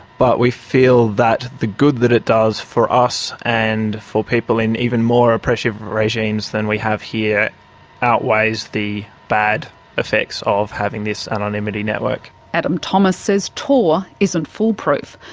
but we feel that the good that it does for us and for people in even more repressive regimes than we have here outweighs the bad effects of having this anonymity network. adam thomas says tor isn't foolproof.